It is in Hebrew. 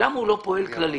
ולמה הוא לא פועל כללית.